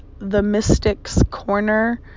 themysticscorner